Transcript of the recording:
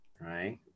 right